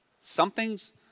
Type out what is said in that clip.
Something's